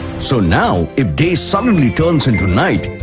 so now if day suddenly turns into night,